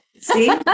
See